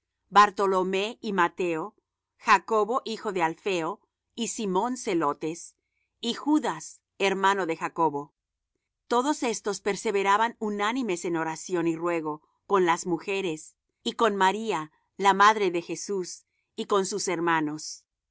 bartolomé y mateo jacobo hijo de alfeo y simón zelotes y judas hermano de jacobo todos éstos perseveraban unánimes en oración y ruego con las mujeres y con maría la madre de jesús y con sus hermanos